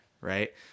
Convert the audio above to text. right